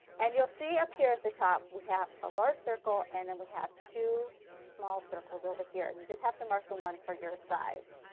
and you will see up here at the top we have a large circle and then we have two small circles over here and you just have to mark the one for your size.